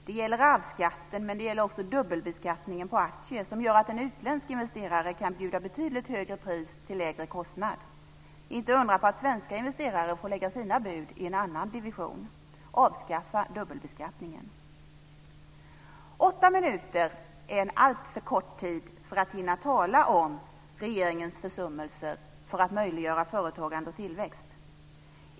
Det gäller arvsskatten, men det gäller också dubbelbeskattningen på aktier, som gör att en utländsk investerare kan bjuda betydligt högre pris till lägre kostnad. Inte att undra på att svenska investerare får lägga sina bud i en annan division. Avskaffa dubbelbeskattningen! Åtta minuter är en alltför kort tid för att hinna tala om regeringens försummelser när det gäller att möjliggöra företagande och tillväxt.